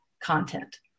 Content